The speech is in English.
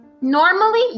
normally